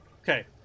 okay